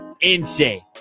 Insane